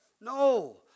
No